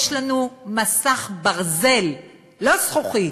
יש לנו מסך ברזל, לא זכוכית,